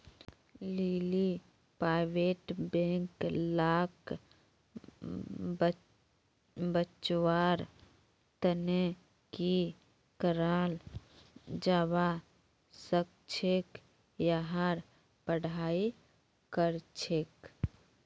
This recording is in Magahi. लीली प्राइवेट बैंक लाक बचव्वार तने की कराल जाबा सखछेक यहार पढ़ाई करछेक